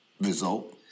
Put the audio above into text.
result